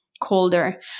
colder